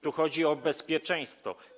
Tu chodzi o bezpieczeństwo.